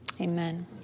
Amen